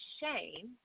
shame